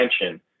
attention